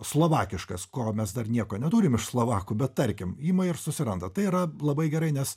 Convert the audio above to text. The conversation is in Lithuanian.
slovakiškas ko mes dar nieko neturim iš slovakų bet tarkim ima ir susiranda tai yra labai gerai nes